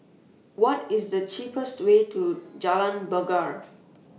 What IS The cheapest Way to Jalan Bungar